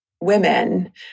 women